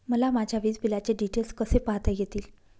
मला माझ्या वीजबिलाचे डिटेल्स कसे पाहता येतील?